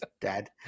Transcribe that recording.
dad